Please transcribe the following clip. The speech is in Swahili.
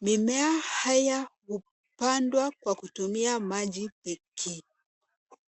Mimea haya hupandwa kwa kutumia maji iki.